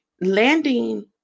landing